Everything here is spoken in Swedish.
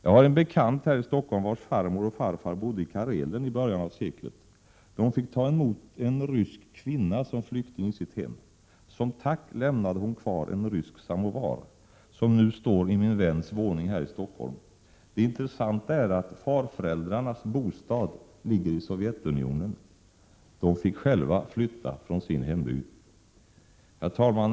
Jag har en bekant vars farmor och farfar bodde i Karelen i början av seklet. De fick ta emot en rysk kvinna som flykting i sitt hem. Som tack lämnade hon kvar en rysk samovar, som nu står i min väns våning i Stockholm. Det intressanta är att farföräldrarnas bostad ligger i Sovjetunionen. De fick själva flytta från sin hembygd. Herr talman!